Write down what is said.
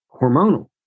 hormonal